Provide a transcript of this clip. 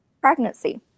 pregnancy